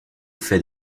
fait